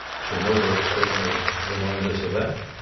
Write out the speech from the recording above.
chernobyl certainly reminds us of that.